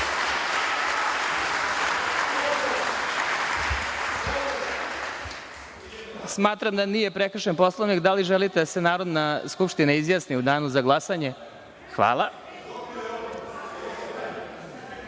Smatram da nije prekršen Poslovnik. Da li želite da se Narodna skupština izjasni u Danu za glasanje?